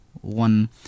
one